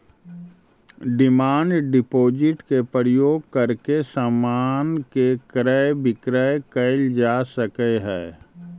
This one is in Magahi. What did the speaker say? डिमांड डिपॉजिट के प्रयोग करके समान के क्रय विक्रय कैल जा सकऽ हई